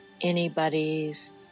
anybody's